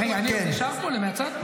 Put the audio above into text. רגע, אני עוד נשאר פה, למהצד?